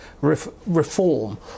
reform